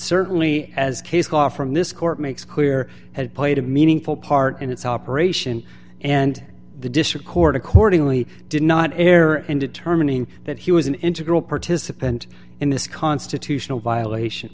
certainly as case law from this court makes clear has played a meaningful part in its operation and the district court accordingly did not err in determining that he was an integral participant in this constitutional violation